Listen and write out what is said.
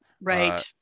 Right